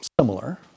similar